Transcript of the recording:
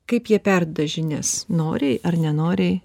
kaip jie perduoda žinias noriai ar nenoriai